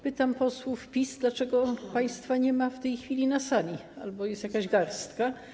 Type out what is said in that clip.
Pytam posłów PiS: Dlaczego państwa nie ma w tej chwili na sali albo jest was jakaś garstka?